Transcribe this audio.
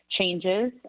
changes